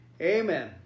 amen